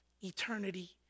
eternity